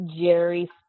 Jerry